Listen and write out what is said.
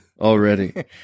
already